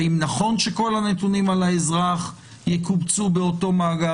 האם נכון שכל הנתונים על האזרח יקובצו באותו מאגר?